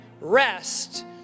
rest